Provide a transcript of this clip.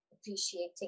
appreciating